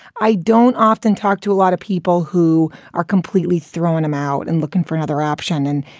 i don't often talk to a lot of people who are completely throwing him out and looking for another option. and,